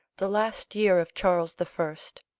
the last year of charles the first,